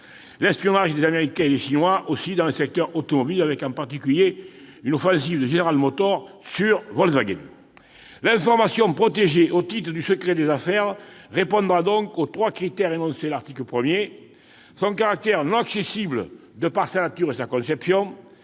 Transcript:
l'espionnage des Américains et des Chinois dans le secteur automobile, avec en particulier une offensive menée par General Motors sur Volkswagen. L'information protégée au titre du secret des affaires répondra donc aux trois critères énoncés à l'article premier : son caractère non accessible en raison de sa nature ou de sa conception,